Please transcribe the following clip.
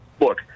look